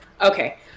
Okay